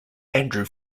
andrew